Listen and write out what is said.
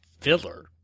filler